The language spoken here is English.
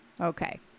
okay